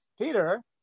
Peter